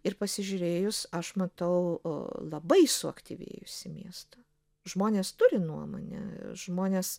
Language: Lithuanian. ir pasižiūrėjus aš matau labai suaktyvėjusį miestą žmonės turi nuomonę žmonės